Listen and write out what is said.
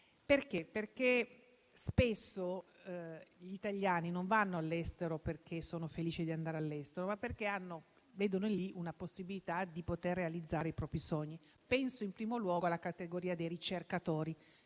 quelle norme. Spesso gli italiani non vanno all'estero perché sono felici di andarci, ma perché vedono lì la possibilità di realizzare i propri sogni. Penso in primo luogo alla categoria dei ricercatori,